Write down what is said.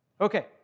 Okay